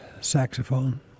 saxophone